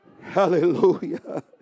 Hallelujah